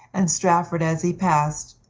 and strafford, as he passed,